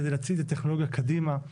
כדי להצעיד את הטכנולוגיה קדימה,